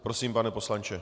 Prosím, pane poslanče.